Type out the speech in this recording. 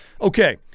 Okay